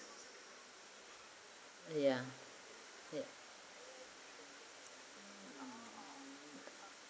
ya ya